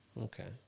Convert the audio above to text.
Okay